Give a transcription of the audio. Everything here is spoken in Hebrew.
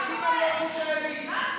גוש הימין.